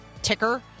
ticker